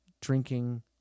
drinking